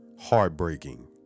heartbreaking